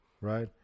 Right